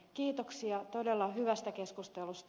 kiitoksia todella hyvästä keskustelusta